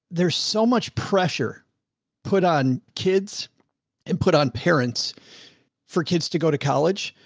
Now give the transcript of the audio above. there's so much pressure put on kids and put on parents for kids to go to college.